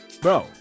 Bro